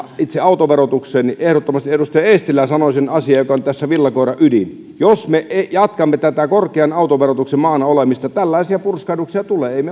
itse autoverotukseen niin ehdottomasti edustaja eestilä sanoi sen asian joka on tässä villakoiran ydin jos me jatkamme korkean autoverotuksen maana olemista tällaisia purskahduksia tulee